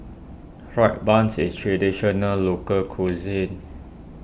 Fried Buns is Traditional Local Cuisine